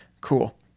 Cool